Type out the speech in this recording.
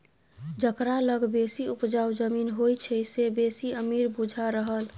जकरा लग बेसी उपजाउ जमीन होइ छै से बेसी अमीर बुझा रहल